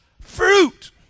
fruit